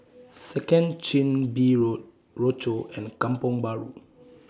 Second Chin Bee Road Rochor and Kampong Bahru